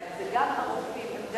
זה גם איגוד הנאונטולוגים בישראל,